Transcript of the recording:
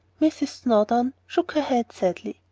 mrs. snowdon shook her head sadly.